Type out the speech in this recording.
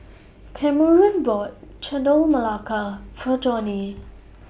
Kameron bought Chendol Melaka For Johnie